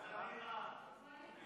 סעיפים 1 3